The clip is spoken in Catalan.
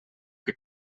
que